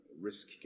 risk